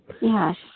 Yes